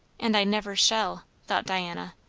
and i never shall, thought diana.